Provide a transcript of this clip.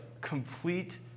complete